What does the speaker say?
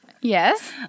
Yes